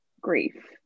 grief